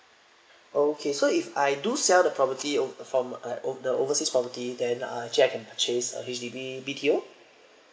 okay so if I do sell the property over~ for my over~ the overseas property then I actually I can purchase H_D_B B_T_O